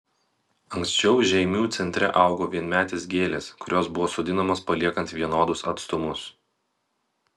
anksčiau žeimių centre augo vienmetės gėlės kurios buvo sodinamos paliekant vienodus atstumus